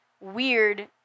weird